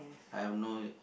I have no